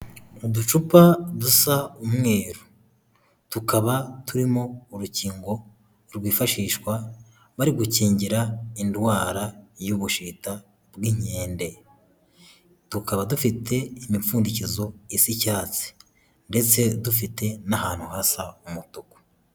Uducupa dusa umweru, tukaba turimo urukingo rwifashishwa bari gukingira indwara y'ubushita bw'inkende. Tukaba dufite imipfundikizo isa icyatsi ndetse dufite n'ahantu hasa umutuku.